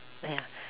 !aiya!